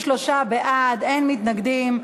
63 בעד, אין מתנגדים.